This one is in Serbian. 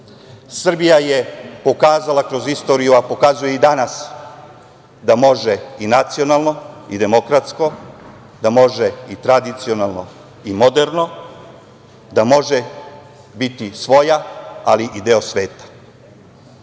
Srbija je pokazala kroz istorija, a pokazuje i danas da može i nacionalno i demokratsko, da može i tradicionalno i moderno, da može biti svoja ali deo sveta. Dok